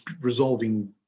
resolving